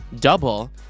double